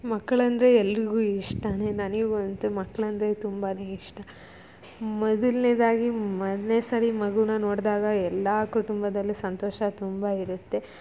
ಮಕ್ಕಳಂದರೆ ಎಲ್ಲರಿಗೂ ಇಷ್ಟನೇ ನನಗಂತೂ ಮಕ್ಕಳಂದ್ರೆ ತುಂಬಾ ಇಷ್ಟ ಮೊದಲನೇದಾಗಿ ಮೊದಲ್ನೇ ಸಾರಿ ಮಗೂನ್ನ ನೋಡಿದಾಗ ಎಲ್ಲ ಕುಟುಂಬದಲ್ಲಿ ಸಂತೋಷ ತುಂಬ ಇರುತ್ತೆ